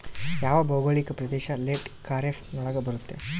ಯಾವ ಭೌಗೋಳಿಕ ಪ್ರದೇಶ ಲೇಟ್ ಖಾರೇಫ್ ನೊಳಗ ಬರುತ್ತೆ?